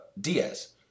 Diaz